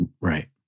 Right